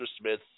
Smith